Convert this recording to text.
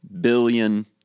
billion